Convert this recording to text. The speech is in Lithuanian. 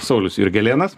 saulius jurgelėnas